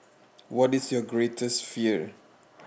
what is your greatest fear